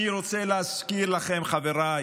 אני רוצה להזכיר לכם, חברי